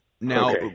Now